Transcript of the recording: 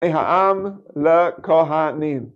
מהעם לכהנים